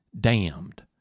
damned